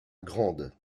grande